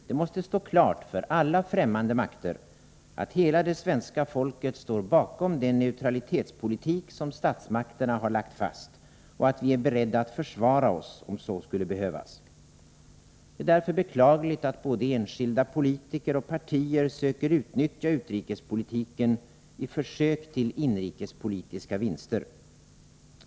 Det måste vara klart för alla fftämmande makter att hela det svenska folket står bakom den neutralitetspolitik som statsmakterna har lagt fast och att vi är beredda att försvara oss om så skulle behövas. Det är därför beklagligt att både enskilda politiker och partier söker utnyttja utrikespolitiken i försök till inrikespolitiska vinster.